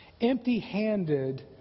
empty-handed